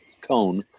cone